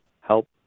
help